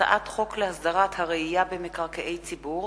הצעת חוק להסדרת הרעייה במקרקעי ציבור,